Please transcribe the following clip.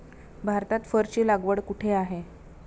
भारतात फरची लागवड कुठे आहे?